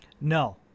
No